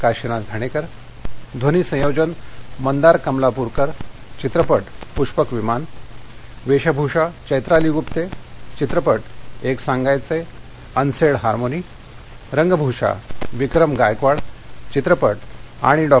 काशिनाथ घाणक्रि ध्वनी संयोजन मंदार कमलापरकर चित्रपट पृष्पक विमान वधभूषा चैत्राली गुप्त चित्रपट एक सांगायचंय अनसडीहार्मोनी रंगभूषा विक्रम गायकवाड चित्रपट आणि डॉ